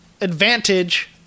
advantage